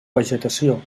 vegetació